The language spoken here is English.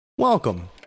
Welcome